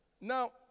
Now